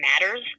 matters